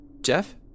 Jeff